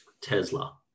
Tesla